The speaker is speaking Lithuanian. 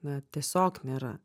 na tiesiog nėra